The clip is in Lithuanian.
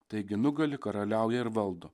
taigi nugali karaliauja ir valdo